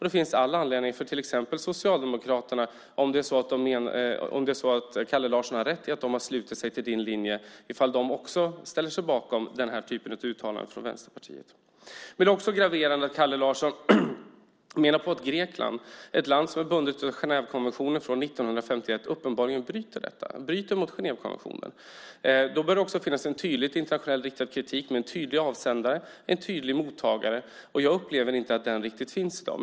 Det finns all anledning för exempelvis Socialdemokraterna, om Kalle Larsson har rätt i att de ansluter sig till hans linje, att tala om ifall de också ställer sig bakom denna typ av uttalanden från Vänsterpartiet. Det är också graverande att Kalle Larsson menar att Grekland, som är bundet av Genèvekonventionen från 1951, bryter mot den konventionen. Då bör det också finnas en tydlig internationell kritik med en tydlig avsändare och en tydlig mottagare. Jag upplever inte att den riktigt finns i dag.